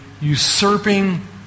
usurping